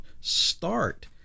start